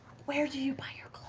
where do you buy your